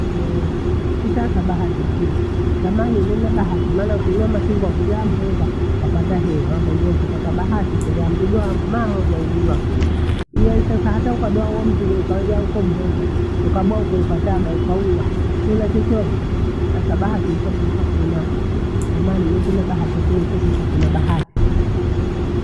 yeeh! isasa bahati hesina. Zamani nile bahati maana ukinunua machungwa kula mheza wapata heyaa, wamba hiyoo ukipata bahati kuya mzingo wangu mara moja huguya kule. Iya isaka hata ukabea huo mzigo ukawega huko mheza, ukabwa uku ukataga ukauya kila chochose sasa bahati hitho tukha kunyaa. Kana mni sina bahati hatanethi sasa sina bahati.